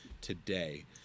today